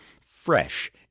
fresh